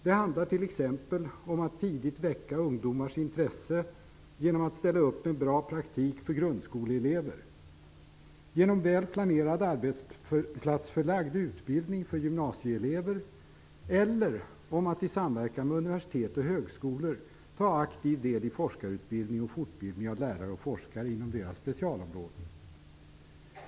Det handlar t.ex. om att tidigt väcka ungdomars intresse genom att ställa upp med bra praktik för grundskoleelever, genom väl planerad arbetsplatsförlagd utbildning för gymnasieelever eller om att i samverkan med universitet och högskolor ta aktiv del i forskarutbildning och fortbildning av lärare och forskare inom deras specialområden.